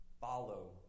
follow